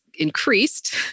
increased